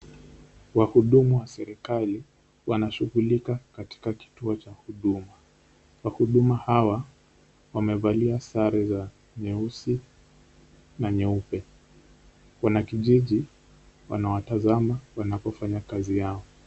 Wahudumu wa serikali wanashughulika katika kituo cha huduma, wahuduma hawa wamevalia sare za nyeusi na nyeupe, wanakijiji wanawatazama wanapofanya kazi yao.